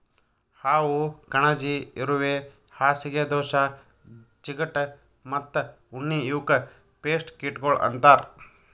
ಹಾವು, ಕಣಜಿ, ಇರುವೆ, ಹಾಸಿಗೆ ದೋಷ, ಚಿಗಟ ಮತ್ತ ಉಣ್ಣಿ ಇವುಕ್ ಪೇಸ್ಟ್ ಕೀಟಗೊಳ್ ಅಂತರ್